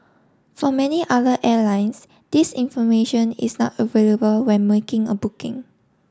for many other airlines this information is not available when making a booking